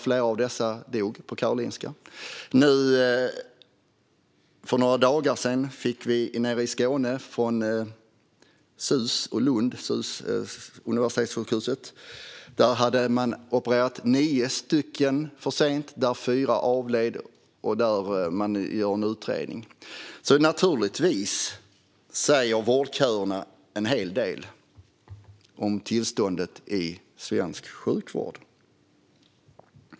Flera av dem dog på grund av det. För några dagar sedan fick vi höra från Skånes universitetssjukhus i Lund, Sus, att man hade opererat nio personer för sent. Fyra av dem hade avlidit. Detta utreds nu. Naturligtvis säger vårdköerna en hel del om tillståndet inom svensk sjukvård.